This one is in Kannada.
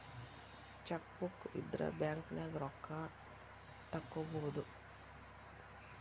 ಚೆಕ್ಬೂಕ್ ಇದ್ರ ಬ್ಯಾಂಕ್ನ್ಯಾಗ ರೊಕ್ಕಾ ತೊಕ್ಕೋಬಹುದು